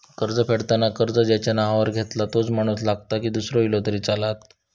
कर्ज फेडताना कर्ज ज्याच्या नावावर घेतला तोच माणूस लागता की दूसरो इलो तरी चलात?